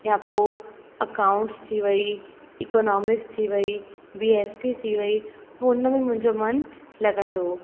या पोइ अकाउंट्स थी वई इकोनॉमिक्स थी वई बी एस टी थी वई पोइ उन में मुंहिंजो मनु लॻंदो हुओ